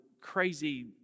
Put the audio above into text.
crazy